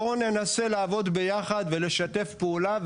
בואו ננסה לעבוד ביחד ולשתף פעולה,